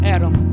Adam